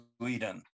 Sweden